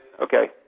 Okay